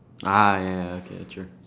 ah ya ya okay true